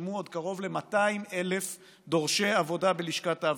נרשמו עוד קרוב ל-200,000 דורשי עבודה בלשכת האבטלה.